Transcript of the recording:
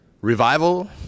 revival